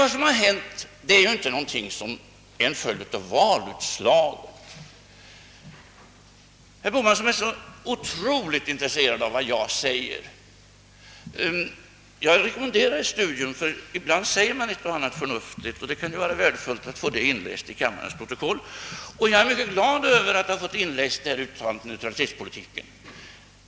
Vad som hänt är naturligtvis inte en följd av valutslaget. Herr Bohman är ju så otroligt intresserad av vad jag säger — jag rekommenderar ett studium härav, ty ibland säger man ett och annat förnuftigt, och det kan ju vara värdefullt att få det inläst i kammarens protokoll. Jag är mycket glad över att mitt uttalande om neutralitetspolitiken blivit inläst i protokollet.